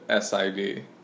SID